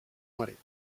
marit